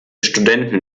studenten